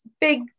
big